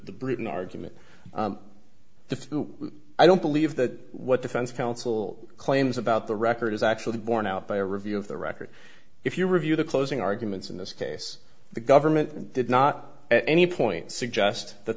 the britain argument the i don't believe that what defense counsel claims about the record is actually borne out by a review of the record if you review the closing arguments in this case the government did not at any point suggest that